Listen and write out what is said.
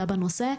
בנושא.